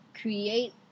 create